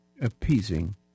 appeasing